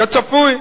כצפוי,